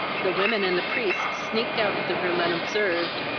the women and the priest sneaked out of the room unobserved,